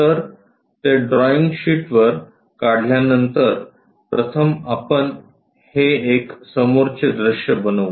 तर ते ड्रॉईंग शीटवर काढल्यानंतर प्रथम आपण हे एक समोरचे दृश्य बनवू